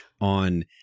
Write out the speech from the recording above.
on